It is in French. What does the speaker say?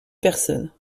personnes